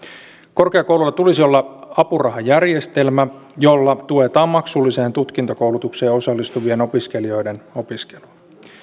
korkeakouluilla tulisi olla apurahajärjestelmä jolla tuetaan maksulliseen tutkintokoulutukseen osallistuvien opiskelijoiden opiskelua